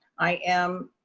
i am